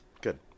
Good